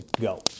go